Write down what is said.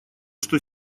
что